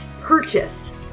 purchased